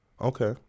Okay